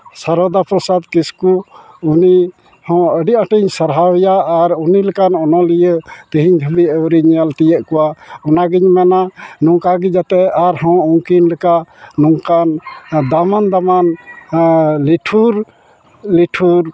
ᱥᱟᱨᱚᱫᱟ ᱯᱨᱚᱥᱟᱫᱽ ᱠᱤᱥᱠᱩ ᱩᱱᱤ ᱦᱚᱸ ᱟᱹᱰᱤ ᱟᱸᱴ ᱤᱧ ᱥᱟᱨᱦᱟᱣᱮᱭᱟ ᱟᱨ ᱩᱱᱤ ᱞᱮᱠᱟᱱ ᱚᱱᱚᱬᱦᱤᱭᱟᱹ ᱛᱮᱦᱮᱧ ᱫᱷᱟᱹᱵᱤᱡ ᱟᱹᱣᱨᱤᱧ ᱧᱮᱞ ᱛᱤᱭᱳᱜ ᱠᱚᱣᱟ ᱚᱱᱟ ᱜᱮᱧ ᱢᱮᱱᱟ ᱱᱚᱝᱠᱟ ᱜᱮ ᱡᱟᱛᱮ ᱟᱨ ᱦᱚᱸ ᱩᱱᱠᱤᱱ ᱞᱮᱠᱟ ᱱᱚᱝᱠᱟᱱ ᱫᱟᱢᱟᱱ ᱫᱟᱢᱟᱱ ᱞᱤᱴᱷᱩᱨ ᱞᱤᱴᱷᱩᱨ